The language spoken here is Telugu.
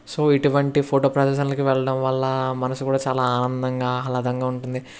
సో ఇటువంటి ఫోటో ప్రదర్శనలకి వెళ్ళడం వల్ల మనసు కూడా చాలా ఆనందంగా ఆహ్లాదంగా ఉంటుంది